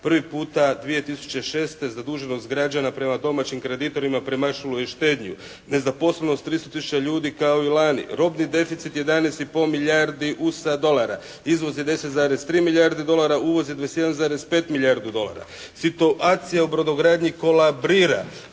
Prvi puta 2006. zaduženost građana prema domaćim kreditorima premašilo je i štednju. Nezaposlenost 300 tisuća ljudi kao i lani. Robni deficit 11 i pol milijardi USA dolara. Izvoz je 10,3 milijardi dolara, uvoz je 21,5 milijardi dolara. Situacija u brodogradnji kolabrira.